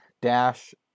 Dash